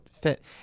fit